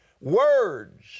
Words